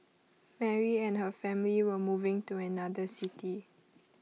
Mary and her family were moving to another city